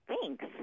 Thanks